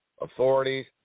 authorities